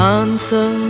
answer